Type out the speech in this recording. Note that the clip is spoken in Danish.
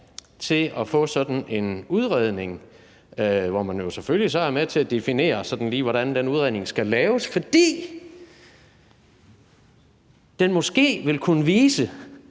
til at få sådan en udredning, hvor man jo selvfølgelig så er med til at definere, lige hvordan den udredning skal laves, fordi den måske vil kunne vise,